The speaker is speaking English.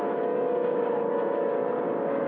or